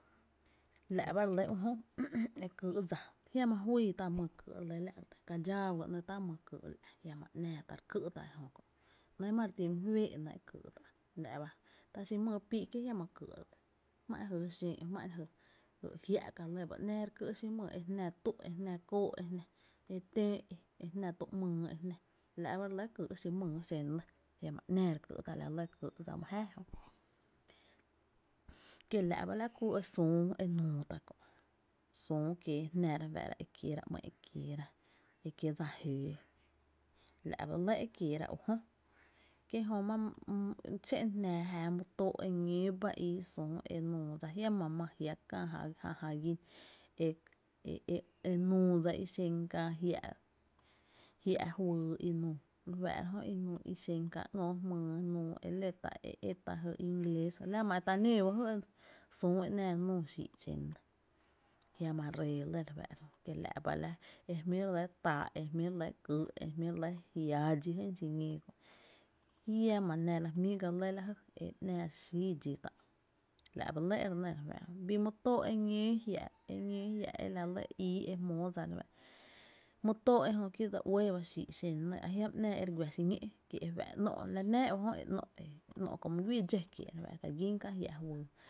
La’ ba re lɇ u jö, ew kyy’ dsa, jiama juyy tá’ my i kyy’ la’, kadxáá by ga ‘nɇɇ’ tá’ my e kyy’ la’ jiama ‘nⱥⱥ tá’ ere ký’ tá’ ejö kö’ nɇɇ’ ma re ti my féé’ ‘nɇɇ’ e kýý’ tá’, la’ ba kie’ my píí’ kie’ jiama kýý’ la’, jmá’n jy xǿǿ’ jmá’n jy, jy e jiá’ ka lɇ ba ‘nⱥⱥ re ký’ xi mýyý, jy e jná tú jy e jná kóó’ e jná e töö’ e, e jná tu ‘myy e jná la’ ba re lɇ e kýy’ xi mýy e xen re nɇ jiama ‘nⱥⱥ re ký’ tá’ e la lɇ e kýy’ tá’ dsa xen my jáaá. KIela’ ba la jy süü e nuu tá’ kö’ süü kie jná re fáá’ra süü e kiera e ‘my’n e kieera e kiee’ dsa jöóä la’ ba lɇ e kieera ujö kie jö má my xe’n jnaa jáá my tóó’ eñóo ba ii süü e nuu dsa jiama máá jia’ kää e ja jä ja gín e e nuu dsa i xen kää jia’ juyy refáá’ra jö i xen kää ngö’ jmyy e ló tá’, e é tá’ jy ingles a la ma e ta nǿǿ ba jy e süü e ‘náá re núu xii’ e nɇ jiama ree lɇ, kiela’ ba jy jmí’ re lɇ táá’, e jmí re lɇ kyy’ e jmí re lɇ jiaa dxí jy, jiama nera jmí’ ga lɇ la jy e ‘nⱥⱥ re xíi dxí tá’ la’ ba lɇ e re nɇ re fáá’ra jö, bii my tóó’ eñóo jia’, eñóo jia’ e la lɇ jia’ ii e jmóo dsa re fáá´’ra my tóó’ ejö ki dse uɇɇ ba xii’ i xen re nɇ a jiama ‘nⱥⱥ e re gua xiñó’ ki e fá’ e ‘nó’, la nⱥⱥ u jö e fa’ e ‘nó’, ‘nó’ my guii dxó kiee’ e fa’ ka gín kää jia’ juyy